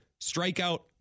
strikeout